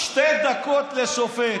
שתי דקות לשופט.